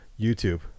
YouTube